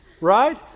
Right